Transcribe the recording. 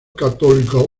católica